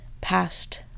past